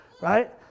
right